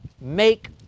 make